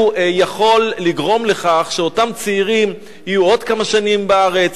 יכול לגרום לכך שאותם צעירים יהיו עוד כמה שנים בארץ,